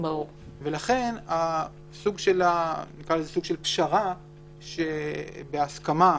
לכן זה סוג של פשרה בהסכמה.